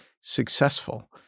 successful